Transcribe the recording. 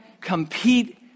compete